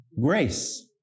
grace